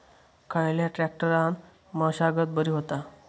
खयल्या ट्रॅक्टरान मशागत बरी होता?